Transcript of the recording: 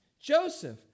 Joseph